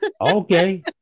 Okay